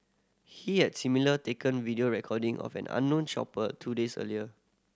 he had similar taken video recording of an unknown shopper two days earlier